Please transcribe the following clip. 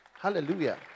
Hallelujah